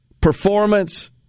performance